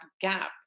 gap